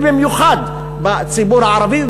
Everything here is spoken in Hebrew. ובמיוחד בציבור הערבי,